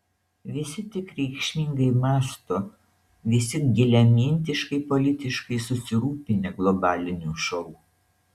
visi tik reikšmingai mąsto visi giliamintiškai politiškai susirūpinę globaliniu šou